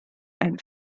and